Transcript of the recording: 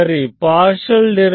ಸರಿ